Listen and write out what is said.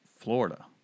Florida